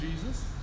Jesus